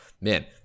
man